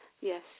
yes